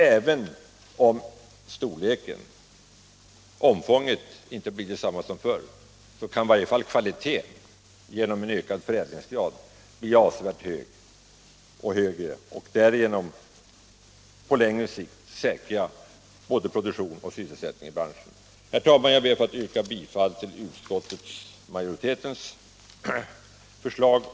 Även om det flaggskeppet till storleken och omfånget inte kan bli som förr, kan i varje fall kvaliteten genom en ökad förädlingsgrad bli avsevärt högre, och därigenom kan man på längre sikt säkra en betydande både produktion och sysselsättning inom branschen. Herr talman! Jag ber att få yrka bifall till utskottsmajoritetens förslag.